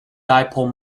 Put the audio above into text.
dipole